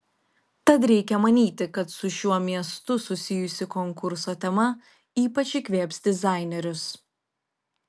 tad reikia manyti kad su šiuo miestu susijusi konkurso tema ypač įkvėps dizainerius